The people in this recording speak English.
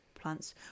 plants